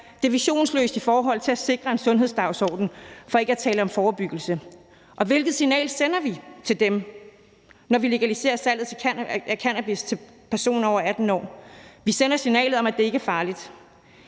Det er visionsløst i forhold til at sikre en sundhedsdagsorden, for ikke at tale om forebyggelse. Og hvilket signal sender vi, når vi legaliserer salget af cannabis til personer over 18 år? Vi sender signalet om, at det ikke er farligt.